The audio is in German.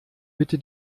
bitte